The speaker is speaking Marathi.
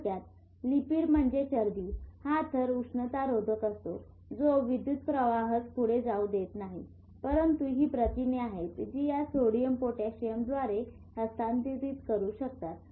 थोडक्यात लिपिड म्हणजे चरबी हा थर उष्णतारोधक असतो जो विद्द्युत प्रवाहास पुढे जाऊ देत नाही परंतु ही प्रथिने आहेत जी या सोडियम पोटॅशियमद्वारे हस्तांतरित करू शकतात